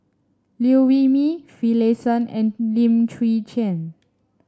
Liew Wee Mee Finlayson and Lim Chwee Chian